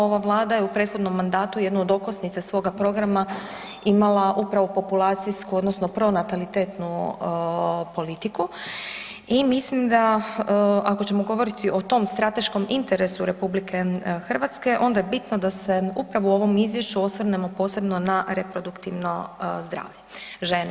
Ova Vlada je u prethodnom mandatu jednu od okosnica svog programa imala upravo populacijsko odnosno pronatalitetnu politiku i mislim da, ako ćemo govoriti o tom strateškom interesu RH onda je bitno da se upravo u ovom izvješću osvrnemo posebno na reproduktivno zdravlje žene.